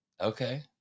okay